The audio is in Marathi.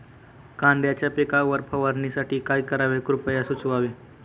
कांद्यांच्या पिकावर फवारणीसाठी काय करावे कृपया सुचवावे